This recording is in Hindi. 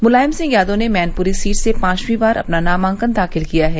मुलायम सिंह यादव ने मैनपुरी सीट से पांचवीं बार अपना नामांकन दाखिल किया हैं